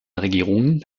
regierungen